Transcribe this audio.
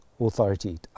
authority